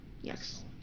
yes